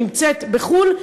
שנמצאת בחו"ל,